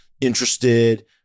interested